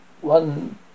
one